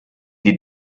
die